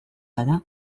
bada